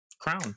crown